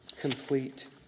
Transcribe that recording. complete